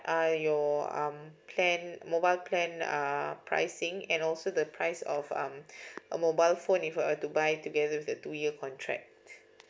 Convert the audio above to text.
are your um plan mobile plan uh pricing and also the price of um mobile phone if I were to buy together with the two year contract